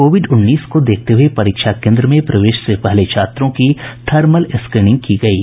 Covid उन्नीस को देखते हुए परीक्षा केन्द्र में प्रवेश से पहले छात्रों की थर्मल स्क्रीनिंग की गयी